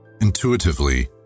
Intuitively